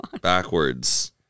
backwards